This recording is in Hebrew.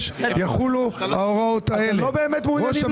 לא, לא, יש דיון מהותי.